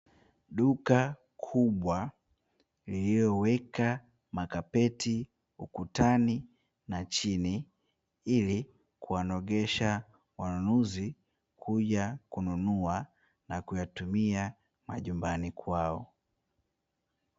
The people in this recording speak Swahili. Duka kubwa lililowekwa makapeti ukutani na chini, ili kuwanogesha wanunuzi kuja kununua na kuyatumia majumbani kwao.